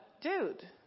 dude